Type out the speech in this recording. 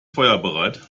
feuerbereit